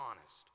honest